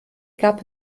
gab